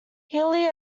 healy